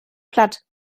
platt